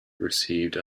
received